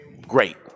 great